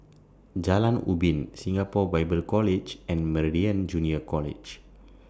Jalan Ubin Singapore Bible College and Meridian Junior College